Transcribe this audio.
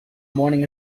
morning